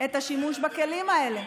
את השימוש בכלים האלה.